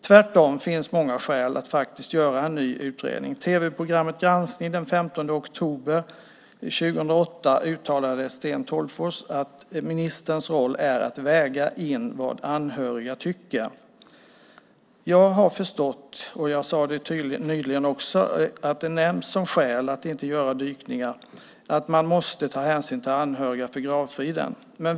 Tvärtom finns det många skäl att göra en ny utredning. I tv-programmet Uppdrag granskning den 15 oktober 2008 uttalade Sten Tolgfors att ministerns roll är att väga in vad anhöriga tycker. Jag har förstått, och jag sade det nyligen, att det nämns som skäl för att inte göra dykningar att man måste ta hänsyn till anhöriga för gravfriden.